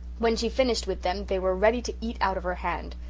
when she finished with them they were ready to eat out of her hand.